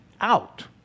out